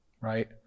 right